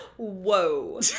Whoa